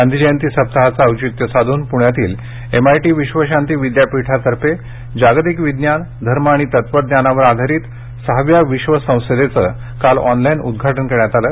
गांधीजयंती सप्ताहाचं औचित्य साधून पुण्यातील एमआयटी विश्वशांती विद्यापीठातर्फे जागतिक विज्ञान धर्म आणि तत्त्वज्ञानावर आधारित सहाव्या विश्व संसदेचं काल ऑनलाईन उद्घाटन करण्यात आलं